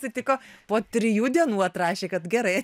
sutiko po trijų dienų atrašė kad gerai